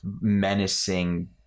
menacing